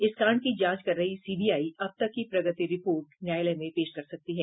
इस कांड की जांच कर रही सीबीआई अब तक की प्रगति रिपोर्ट न्यायालय में पेश कर सकती है